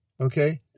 okay